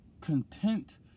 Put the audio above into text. content